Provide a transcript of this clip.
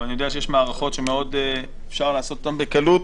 אבל אני יודע שיש מערכות שאפשר לעשות אותן בקלות.